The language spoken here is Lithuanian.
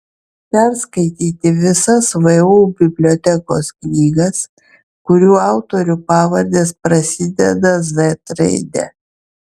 perskaityti visas vu bibliotekos knygas kurių autorių pavardės prasideda z raide